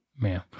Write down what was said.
Man